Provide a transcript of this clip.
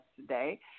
today